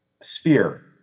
sphere